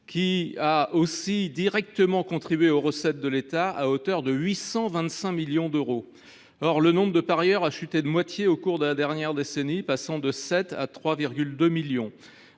lequel a aussi directement contribué aux recettes de l’État à hauteur de 825 millions d’euros. Or le nombre de parieurs a chuté de moitié au cours de la dernière décennie, passant de 7 millions